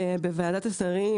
בוועדת השרים,